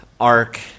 Arc